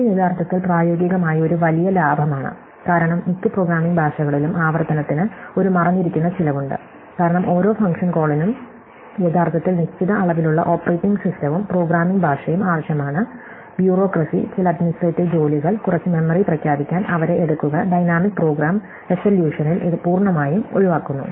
ഇത് യഥാർത്ഥത്തിൽ പ്രായോഗികമായി ഒരു വലിയ ലാഭമാണ് കാരണം മിക്ക പ്രോഗ്രാമിംഗ് ഭാഷകളിലും ആവർത്തനത്തിന് ഒരു മറഞ്ഞിരിക്കുന്ന ചിലവുണ്ട് കാരണം ഓരോ ഫംഗ്ഷൻ കോളിനും യഥാർത്ഥത്തിൽ നിശ്ചിത അളവിലുള്ള ഓപ്പറേറ്റിംഗ് സിസ്റ്റവും പ്രോഗ്രാമിംഗ് ഭാഷയും ആവശ്യമാണ് ബ്യൂറോക്രസി ചില അഡ്മിനിസ്ട്രേറ്റീവ് ജോലികൾ കുറച്ച് മെമ്മറി പ്രഖ്യാപിക്കാൻ അവരെ എടുക്കുക ഡൈനാമിക് പ്രോഗ്രാം റെസല്യൂഷനിൽ ഇത് പൂർണ്ണമായും ഒഴിവാക്കുന്നു